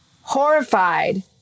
horrified